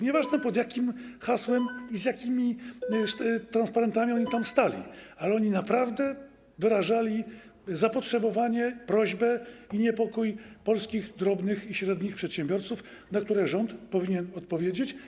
Nieważne, pod jakim hasłem i z jakimi transparentami oni tam stali, ale oni naprawdę wyrażali zapotrzebowanie, prośbę i niepokój polskich drobnych i średnich przedsiębiorców, na które rząd powinien odpowiedzieć.